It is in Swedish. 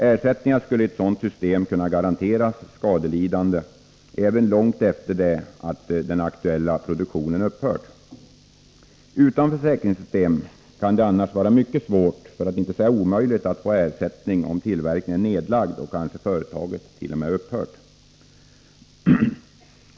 Ersättningar skulle i ett sådant system kunna garanteras skadelidande även långt efter det att den aktuella produktionen upphört. Utan försäkringssystem kan det annars vara mycket svårt för att inte säga omöjligt att få ersättning om tillverkningen är nedlagd och företaget kanske till och med upphört.